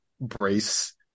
brace